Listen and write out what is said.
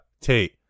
Tate